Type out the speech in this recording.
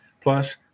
plus